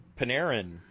Panarin